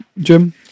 Jim